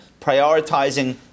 prioritizing